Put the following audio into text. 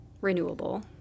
renewable